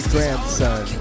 Grandson